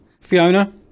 Fiona